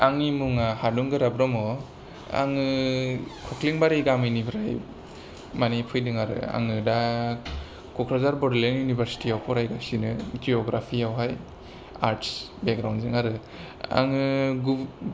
आंनि मुंआ हादुंगोरा ब्रम्ह आंङो खख्लिंबारि गामिनिफ्राय मानि फैदोंआरो आंङो दा क'क्राझार बड'लेण्ड युनिवारसिटिआव फरायगासनो जिय'ग्राफिआवहाय आर्टस बेग्राउन्डजों आरो आंङो